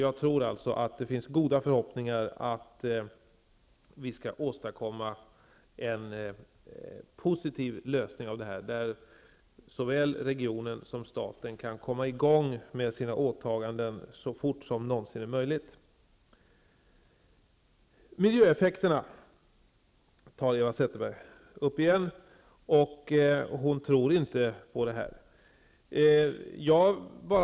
Jag tror alltså att det finns anledning att ha gott hopp om att vi skall kunna åstadkomma en positiv lösning, innebärande att såväl regionen som staten kan komma i gång med sina åtaganden så fort som det någonsin är möjligt. Miljöeffekterna tar Eva Zetterberg upp igen. Hon tror inte på det som sägs här.